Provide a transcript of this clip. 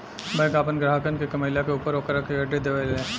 bank आपन ग्राहक के कमईला के ऊपर ओकरा के क्रेडिट देवे ले